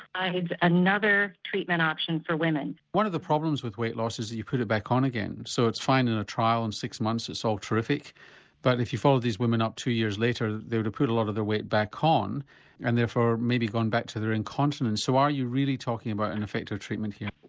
ah another treatment option for women. one of the problems with weight loss is that you put it back on again so it's fine in a trial and six months it's all terrific but if you follow these women up two years later they would have put a lot of their weight back on and therefore maybe gone back to their incontinence. so are you really talking about an effective treatment here?